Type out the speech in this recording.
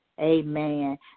Amen